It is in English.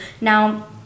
Now